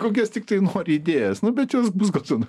kokias tiktai nori idėjas nu bet jos bus gal ten